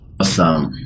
Awesome